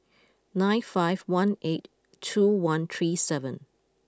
nine five one eight two one three seven